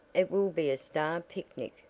it will be a star picnic,